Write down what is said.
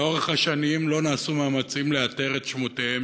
לאורך השנים לא נעשו מאמצים לאתר את שמותיהם